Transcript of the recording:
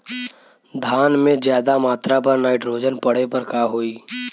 धान में ज्यादा मात्रा पर नाइट्रोजन पड़े पर का होई?